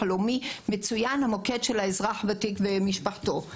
מצוין המוקד של האזרח הוותיק ומשפחתו.